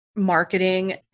marketing